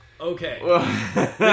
Okay